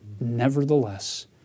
nevertheless